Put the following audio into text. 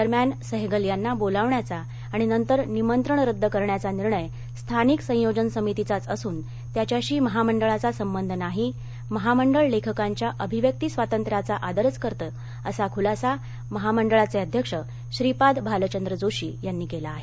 दरम्यान सहगल यांना बोलावण्याचा आणि नंतर निमंत्रण रद्द करण्याचा निर्णय स्थानिक संयोजन समितीचाच असुन त्याच्याशी महामंडळाचा संबंध नाही महामंडळ लेखकांच्या अभिव्यक्ती स्वातंत्र्याचा आदरच करते असा खुलासा महामंडळाचे अध्यक्ष श्रीपाद भालचंद्र जोशी यांनी केला आहे